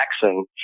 Jackson